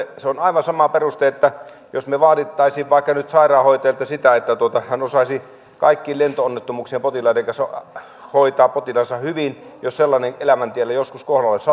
se on aivan sama peruste jos me vaatisimme vaikka nyt sairaanhoitajilta sitä että he osaisivat kaikki lento onnettomuuksien potilaat hoitaa hyvin jos sellainen elämäntielle joskus kohdalle sattuu työssä ollessa